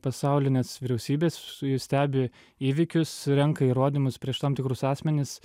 pasaulines vyriausybes su ju stebi įvykius renka įrodymus prieš tam tikrus asmenis